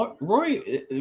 Roy